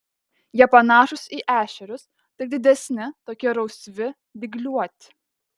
jie panašūs į ešerius tik didesni tokie rausvi dygliuoti